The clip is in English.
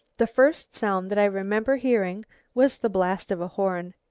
the first sound that i remember hearing was the blast of a horn.